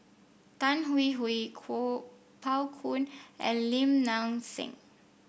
Tan Hwee Hwee Kuo Pao Kun and Lim Nang Seng